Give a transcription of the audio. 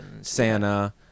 Santa